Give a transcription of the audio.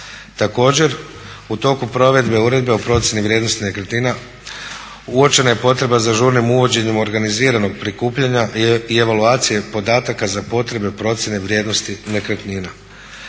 Također u toku provedbe Uredbe o procjeni vrijednosti nekretnina uočena je potreba za žurnim uvođenjem organiziranog prikupljanja i evaluacije podataka za potrebe procjene vrijednosti nekretnina.